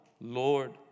Lord